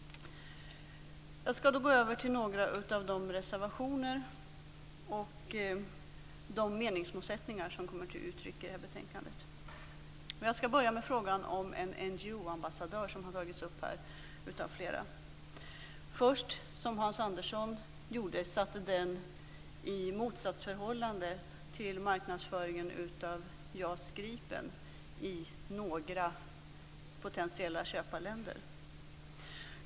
Jag skall övergå till att kommentera en del reservationer och meningsmotsättningar som kommer till uttryck i detta betänkande. Jag skall börja med frågan om en NGO-ambassadör, vilket har tagits upp av flera talare. Hans Andersson satte en sådan i motsatsförhållande till marknadsföringen av JAS Gripen i några potentiella köparländer.